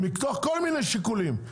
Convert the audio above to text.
מתוך כל מיני שיקולים.